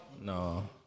No